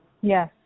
Yes